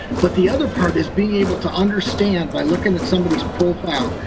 but the other part is being able to understand, by looking at somebody's profile,